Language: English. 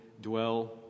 dwell